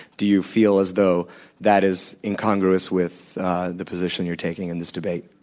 do you feel as though that is incongruous with the position you are taking in this debate?